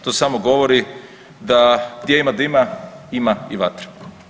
To samo govori da gdje ima dima ima i vatre.